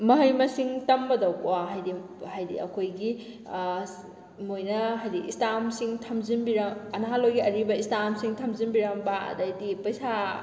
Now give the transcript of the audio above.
ꯃꯍꯩ ꯃꯁꯤꯡ ꯇꯝꯕꯗ ꯋꯥ ꯍꯥꯏꯗꯤ ꯍꯥꯏꯗꯤ ꯑꯩꯈꯣꯏꯒꯤ ꯃꯣꯏꯅ ꯍꯥꯏꯗꯤ ꯏꯁꯇꯥꯝꯁꯤꯡ ꯊꯝꯖꯤꯟꯕꯤꯔꯛ ꯅꯍꯥꯟꯋꯥꯏꯒꯤ ꯑꯔꯤꯕ ꯏꯁꯇꯥꯝꯁꯤꯡ ꯊꯝꯖꯤꯟꯕꯤꯔꯝꯕ ꯑꯗꯩꯗꯤ ꯄꯩꯁꯥ